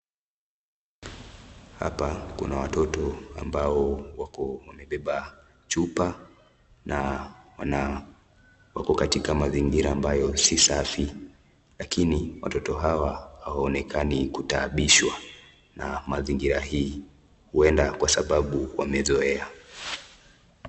Hapa kuna watoto ambao wako wamebeba chupa na wana wako katika mazingira ambayo si safi. Lakini watoto hawa hawaonekani kutaabishwa na mazingira hii. Huenda kwa sababu wamezoea.